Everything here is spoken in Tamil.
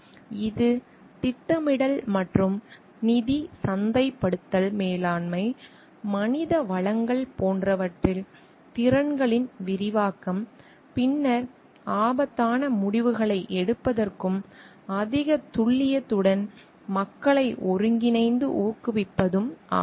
இது திட்டமிடல் மற்றும் நிதி சந்தைப்படுத்தல் மேலாண்மை மனித வளங்கள் போன்றவற்றில் திறன்களின் விரிவாக்கம் பின்னர் ஆபத்தான முடிவுகளை எடுப்பதற்கும் அதிக துல்லியத்துடன் மக்களை ஒருங்கிணைத்து ஊக்குவிப்பதும் ஆகும்